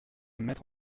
mettre